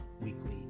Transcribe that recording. Weekly